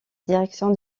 direction